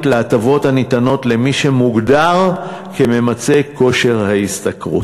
להטבות הניתנות למי שמוגדר כממצה כושר ההשתכרות.